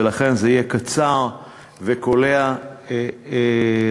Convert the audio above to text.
ולכן זה יהיה קצר וקולע לחלוטין.